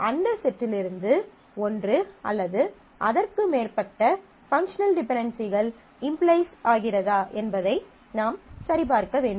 அந்த செட்டிலிருந்து ஒன்று அல்லது அதற்கு மேற்பட்ட பங்க்ஷனல் டிபென்டென்சிகள் இம்ப்ளைஸ் ஆகிறதா என்பதை நாம் சரிபார்க்க வேண்டும்